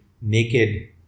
naked